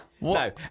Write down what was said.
No